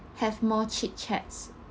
have more chit chats